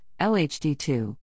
LHD-2